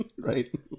Right